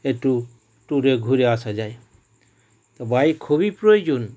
একটু ট্যুরে ঘুরে আসা যায় তো বাইক খুবই প্রয়োজন